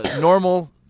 normal